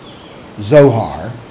Zohar